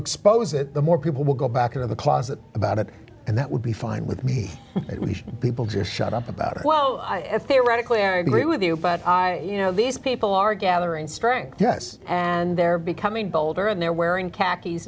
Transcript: expose it the more people will go back into the closet about it and that would be fine with me and people just shut up about it well if they radically i agree with you but i you know these people are gathering strength yes and they're becoming bolder and they're wearing khakis